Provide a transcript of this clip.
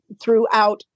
throughout